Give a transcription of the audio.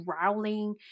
growling